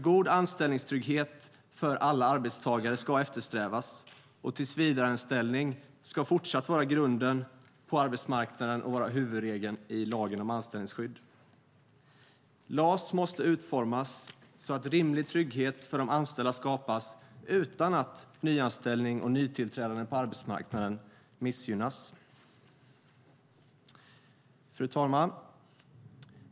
God anställningstrygghet för alla arbetstagare ska eftersträvas, och tillsvidareanställning ska fortsatt vara grunden på arbetsmarknaden och vara huvudregeln i lagen om anställningsskydd. LAS måste utformas så att rimlig trygghet för de anställda skapas utan att nyanställning och nytillträdande på arbetsmarknaden missgynnas. Fru talman!